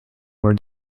were